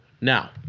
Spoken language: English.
Now